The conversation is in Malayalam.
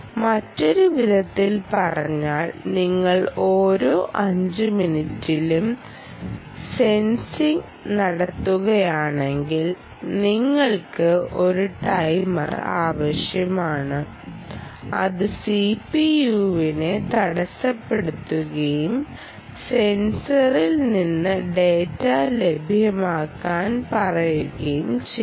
മറ്റൊരു വിധത്തിൽ പറഞ്ഞാൽ നിങ്ങൾ ഓരോ 5 മിനിറ്റിലും സെൻസിംഗ് നടത്തുകയാണെങ്കിൽ നിങ്ങൾക്ക് ഒരു ടൈമർ ആവശ്യമാണ് അത് സിപിയുവിനെ തടസ്സപ്പെടുത്തുകയും സെൻസറിൽ നിന്ന് ഡാറ്റ ലഭ്യമാക്കാൻ പറയുകയും ചെയ്യും